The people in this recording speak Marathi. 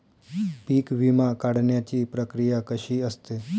पीक विमा काढण्याची प्रक्रिया कशी असते?